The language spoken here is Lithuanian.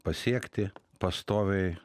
pasiekti pastoviai